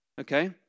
Okay